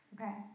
Okay